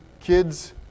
kids